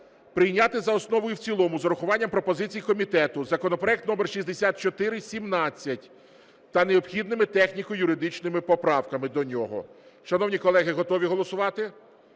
прийняти за основу і в цілому з урахуванням пропозицій комітету законопроект номер 6417 та необхідними техніко-юридичними поправками до нього. Шановні колеги, готові голосувати?